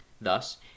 Thus